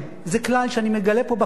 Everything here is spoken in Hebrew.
זה כלל שאני מגלה פה בכנסת,